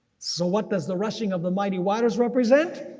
so what does the rushing of the mighty waters represent?